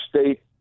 state